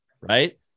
right